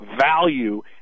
value